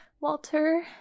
Walter